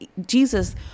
Jesus